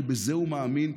כי בזה הוא מאמין,